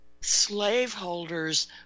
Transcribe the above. slaveholders